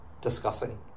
discussing